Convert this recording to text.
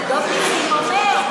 אז הדוד נסים אומר,